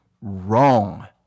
wrong